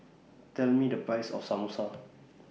Tell Me The Price of Samosa